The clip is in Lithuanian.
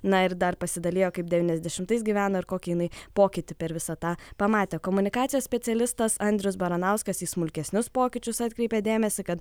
na ir dar pasidalijo kaip devyniasdešimtais gyvena ir kokį jinai pokytį per visą tą pamatė komunikacijos specialistas andrius baranauskas į smulkesnius pokyčius atkreipė dėmesį kad